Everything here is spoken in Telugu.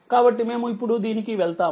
కాబట్టిమేము ఇప్పుడు దీనికి వెళ్తాము